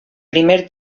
primer